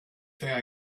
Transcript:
thing